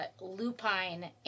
lupine